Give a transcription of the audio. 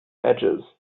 edges